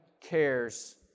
cares